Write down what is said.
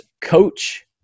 coach